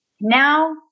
now